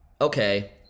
okay